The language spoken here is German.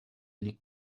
liegt